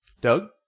doug